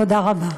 תודה רבה.